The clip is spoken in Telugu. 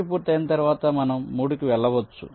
1 పూర్తయిన తర్వాత మనం 3 కి వెళ్ళవచ్చు